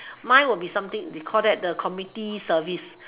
mine would be something they call it the community service